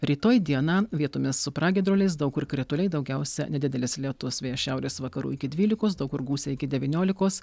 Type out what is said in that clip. rytoj dieną vietomis su pragiedruliais daug kur krituliai daugiausia nedidelis lietus vėjas šiaurės vakarų iki dvylikos daug kur gūsiai iki devyniolikos